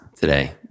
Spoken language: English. today